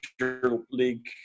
league